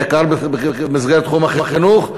בעיקר במסגרת תחום החינוך.